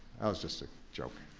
was just a joke.